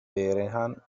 vehrehan